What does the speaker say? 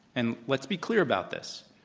and let's be clear about this.